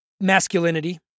masculinity